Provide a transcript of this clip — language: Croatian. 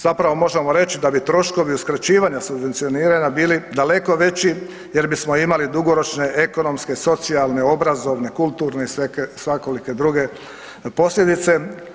Zapravo možemo reći da bi troškovi uskraćivanja subvencioniranja bili daleko veći jer bismo imali dugoročne ekonomske, socijalne, obrazovne, kulturne i svakolike druge posljedice.